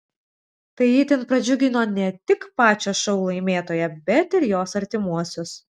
tai itin pradžiugino ne tik pačią šou laimėtoją bet ir jos artimuosius